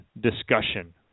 discussion